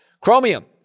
Chromium